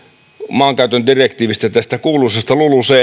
maankäytön direktiivistä tästä kuuluisasta lulucfstä